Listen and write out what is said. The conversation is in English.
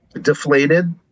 deflated